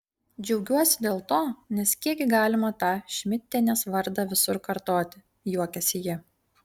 džiaugiuosi dėl to nes kiek gi galima tą šmidtienės vardą visur kartoti juokėsi ji